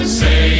say